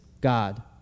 God